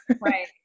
Right